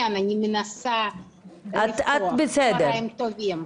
צהריים טובים.